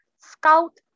Scout